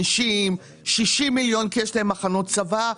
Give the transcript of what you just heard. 50, 60 מיליון שקלים כי יש להם מחנות צבא.